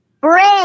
Bridge